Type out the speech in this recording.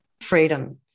Freedom